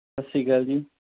ਸਤਿ ਸ਼੍ਰੀ ਅਕਾਲ ਜੀ